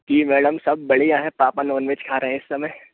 जी madam सब बढ़िया हैं पापा नॉन वेज खा रहे इस समय